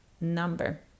number